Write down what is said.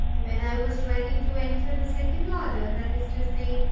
when i was ready to enter the second order that is to say,